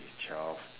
twelve